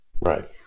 Right